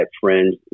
friends